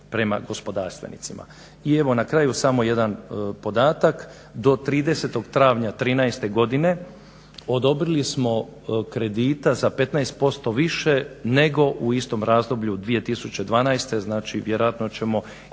prema gospodarstvenicima. Evo na kraju samo jedan podatak, do 30. travnja 2013. godine odobrili smo kredita za 15% više nego u istom razdoblju 2012.